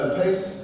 pace